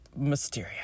Mysterio